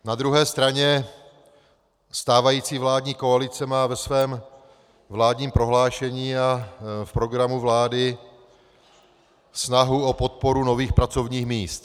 Na druhé straně stávající vládní koalice má ve svém vládním prohlášení a v programu vlády snahu o podporu nových pracovních míst.